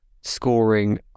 scoring